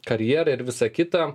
karjera ir visa kita